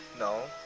no.